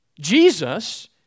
Jesus